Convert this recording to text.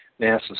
NASA